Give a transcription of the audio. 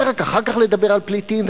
ורק אחר כך לדבר על פליטים,